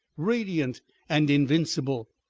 radiant and invincible,